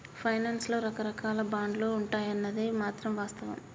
finance లో రకరాకాల బాండ్లు ఉంటాయన్నది మాత్రం వాస్తవం